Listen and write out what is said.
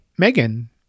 megan